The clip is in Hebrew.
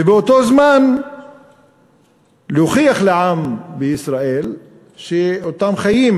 ובאותו זמן להוכיח לעם בישראל שבאותם חיים